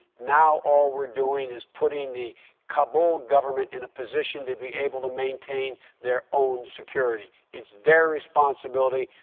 now all we're doing is putting the kabul government in a position to be able to maintain their own security. it's their responsibility,